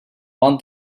want